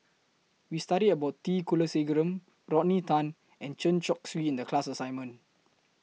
We studied about T Kulasekaram Rodney Tan and Chen Chong Swee in The class assignment